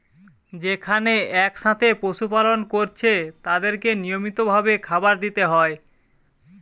যেখানে একসাথে পশু পালন কোরছে তাদেরকে নিয়মিত ভাবে খাবার দিতে হয়